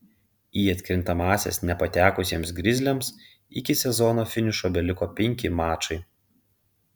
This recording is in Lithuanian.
į atkrintamąsias nepatekusiems grizliams iki sezono finišo beliko penki mačai